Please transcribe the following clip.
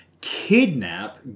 kidnap